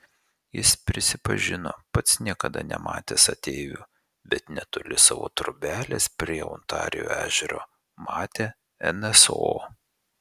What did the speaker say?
jis prisipažino pats niekada nematęs ateivių bet netoli savo trobelės prie ontarijo ežero matė nso